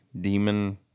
demon